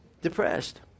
depressed